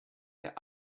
der